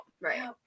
Right